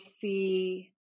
see